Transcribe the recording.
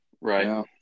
Right